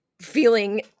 feeling